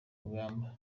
rugamba